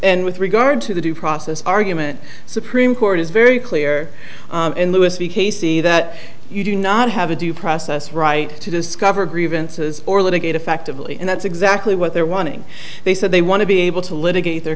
and with regard to the due process argument supreme court is very clear in the u s we casey that you do not have a due process right to discover grievances or litigate effectively and that's exactly what they're wanting they said they want to be able to litigat